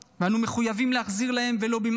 ואנו מחויבים להחזיר להם, ולו במעט.